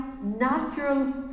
natural